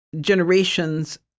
generations